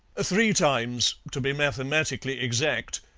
three times, to be mathematically exact.